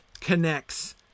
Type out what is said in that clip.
connects